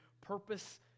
purpose